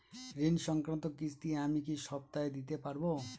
ঋণ সংক্রান্ত কিস্তি আমি কি সপ্তাহে দিতে পারবো?